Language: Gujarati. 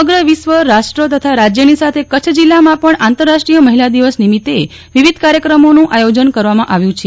સમગ્ર વિશ્વ રાષ્ટ્ર તથા રાજયની સાથે કચ્છ જિલ્લામાં પણ આંતરરાષ્ટ્રીય મહિલા દિવસ નિમિતે વિવિધ કાર્યકમોન આયોજન કરવામાં આવ્યું છે